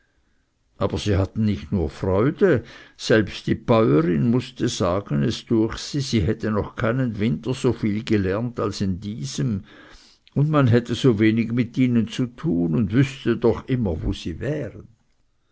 aber sie hatten nicht nur freude selbst die bäurin mußte sagen es düech se sie hätten noch keinen winter so viel gelernt als in diesem und man hätte so wenig mit ihnen zu tun und wüßte doch immer wo sie wären